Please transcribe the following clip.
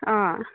ꯑꯥ